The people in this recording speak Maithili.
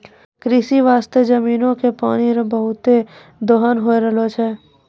कृषि बास्ते जमीनो के पानी रो बहुते दोहन होय रहलो छै